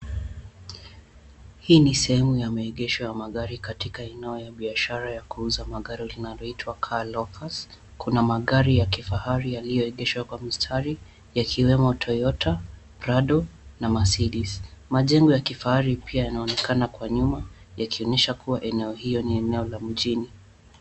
Hii ni sehemu ya maegesho ya magari, katika eneo ya biashara ya kuuza magari linaloitwa Car Locus. Kuna magari ya kifahari yaliyoegeshwa kwa mstari, yakiwemo Toyota Prado na Mercedes. Majengo ya kifahari pia yanaonekana kwa nyuma, yakionyesha kuwa eneo hiyo ni eneo la mjini.